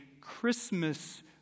Christmas